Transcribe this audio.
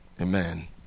Amen